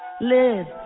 live